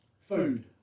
Food